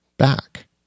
back